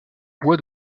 bois